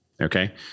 okay